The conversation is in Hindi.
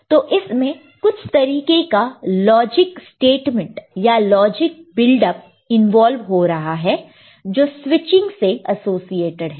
तो इसमें कुछ तरीके का लॉजिक स्टेटमेंट या लॉजिक बिल्डअप इंवॉल्व हो रहा है जो स्विचिंग से एसोसिएटेड है